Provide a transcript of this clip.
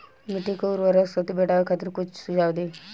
मिट्टी के उर्वरा शक्ति बढ़ावे खातिर कुछ सुझाव दी?